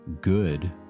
good